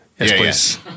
Yes